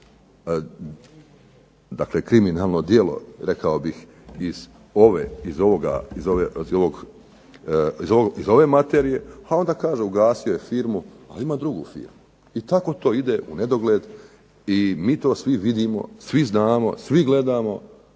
učini kriminalno djelo, rekao bih, iz ove materije, a onda kažu ugasio je firmu, ali ima drugu firmu. I tako to ide u nedogled i mi to svi vidimo, svi znamo, svi gledamo